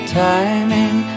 timing